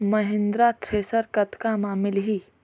Mahindra thresher कतका म मिलही?